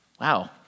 Wow